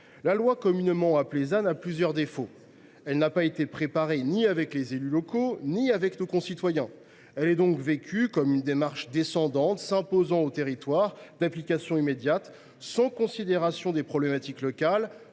La loi communément appelée ZAN a plusieurs défauts. Elle n’a été préparée ni avec les élus locaux ni avec nos concitoyens. Elle est donc vécue comme une démarche descendante s’imposant aux territoires, d’application immédiate, sans prise en compte des problématiques locales,